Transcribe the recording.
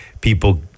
people